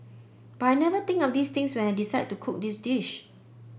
but I never think of these things when I decide to cook this dish